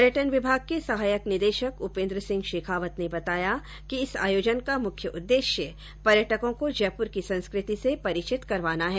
पर्यटन विभाग के सहायक निदेशक उपेन्द्र सिंह शेखावत ने बताया कि इसे आयोजन का मुख्य उद्देश्य पर्यटकों को जयपुर की संस्कृति से परिचित करवाना है